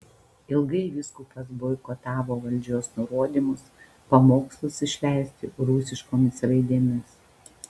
ilgai vyskupas boikotavo valdžios nurodymus pamokslus išleisti rusiškomis raidėmis